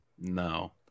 No